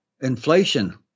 inflation